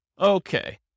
Okay